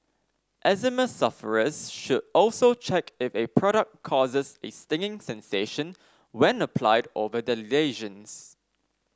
eczema sufferers should also check if a product causes a stinging sensation when applied over their lesions